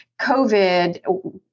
COVID